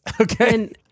Okay